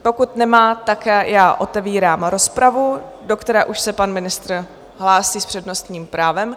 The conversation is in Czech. Pokud nemá, tak otevírám rozpravu, do které už se pan ministr hlásí s přednostním právem.